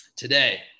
today